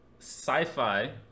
Sci-fi